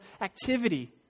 activity